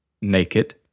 naked